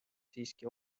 siiski